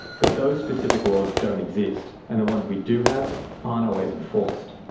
but those specific laws don't exist, and the ones we do have aren't always enforced.